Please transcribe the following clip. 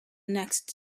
next